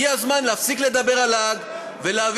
הגיע הזמן להפסיק לדבר על האג ולהבין